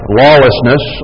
lawlessness